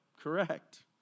Correct